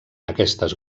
aquestes